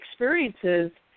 experiences